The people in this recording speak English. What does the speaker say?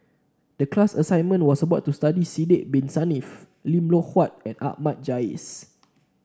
the class assignment was about to study Sidek Bin Saniff Lim Loh Huat and Ahmad Jais